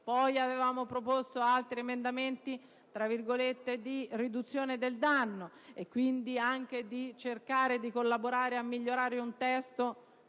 Poi avevamo proposto altri emendamenti di "riduzione" del danno e anche per cercare di collaborare a migliorare il testo